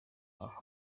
aho